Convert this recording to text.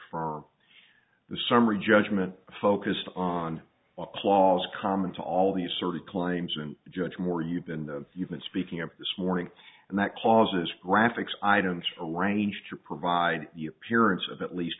for the summary judgment focused on what clause common to all the asserted claims and judge moore you've been you've been speaking of this morning and that causes graphics items arranged to provide the appearance of at least